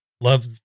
love